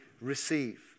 receive